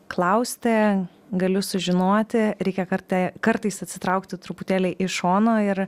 klausti galiu sužinoti reikia kartą kartais atsitraukti truputėlį iš šono ir